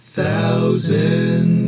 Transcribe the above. Thousand